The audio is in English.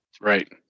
Right